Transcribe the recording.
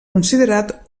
considerat